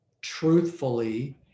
truthfully